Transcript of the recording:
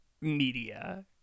media